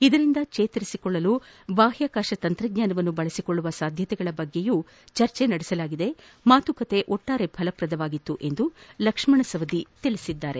ಇದರಿಂದ ಚೇತರಿಸಿಕೊಳ್ಳಲು ಬಾಹ್ಕಾಕಾಶ ತಂತ್ರಜ್ಞಾನವನ್ನು ಬಳಸಿಕೊಳ್ಳುವ ಸಾಧ್ಯತೆಗಳ ಬಗ್ಗೆಯೂ ಚರ್ಚಿಸಲಾಗಿದ್ದು ಮಾತುಕತೆ ಫಲಪ್ರದವಾಗಿತ್ತು ಎಂದು ಲಕ್ಷ್ಮಣ ಸವದಿ ತಿಳಿಸಿದ್ದಾರೆ